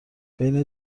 بین